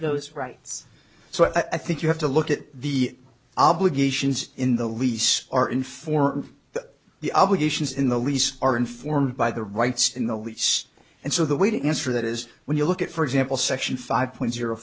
those rights so i think you have to look at the obligations in the lease are informed that the obligations in the lease are informed by the rights in the lease and so the way to answer that is when you look at for example section five point zero